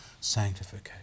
sanctification